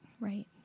Right